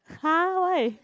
!huh! why